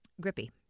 grippy